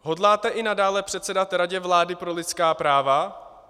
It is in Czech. Hodláte i nadále předsedat Radě vlády pro lidská práva?